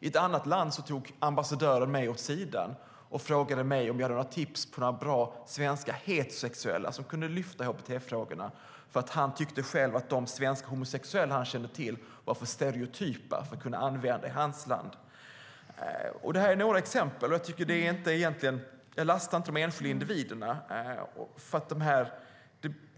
I ett annat land tog ambassadören mig åt sidan och frågade om jag hade tips på några bra svenska heterosexuella som kunde lyfta hbt-frågorna. Han tyckte själv att de svenska homosexuella han kände till var för stereotypa för att kunna använda i hans land. Detta är några exempel. Jag lastar egentligen inte de enskilda individerna.